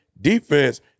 defense